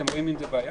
אתם רואים בזה בעיה